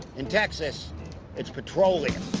in texas it's petroleum.